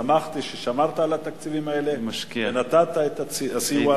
שמחתי ששמרת על התקציבים האלה ונתת את הסיוע הזה.